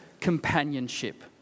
companionship